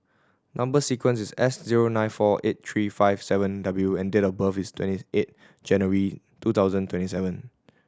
number sequence is S zero nine four eight three five seven W and date of birth is twenty eight January two thousand twenty seven